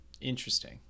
Interesting